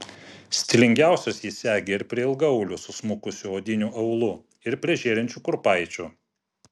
stilingiausios jį segi ir prie ilgaaulių susmukusiu odiniu aulu ir prie žėrinčių kurpaičių